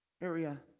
Area